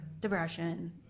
depression